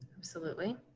absolutely.